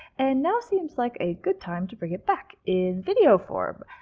and now seems like a good time to bring it back in video form!